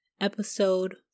episode